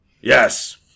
Yes